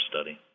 study